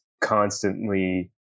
constantly